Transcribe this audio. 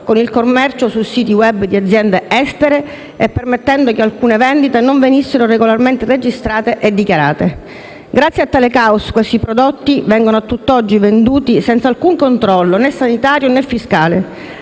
con il commercio su siti *web* di aziende estere e permettendo che alcune vendite non venissero regolarmente registrate e dichiarate. Grazie a tale caos, questi prodotti vengono a tutt'oggi venduti senza alcun controllo (sanitario e fiscale)